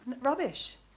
rubbish